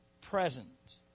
present